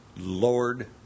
Lord